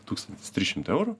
tūkstantis trys šimtai eurų